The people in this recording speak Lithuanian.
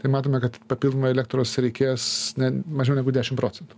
tai matome kad papildomai elektros reikės ne mažiau negu dešim procentų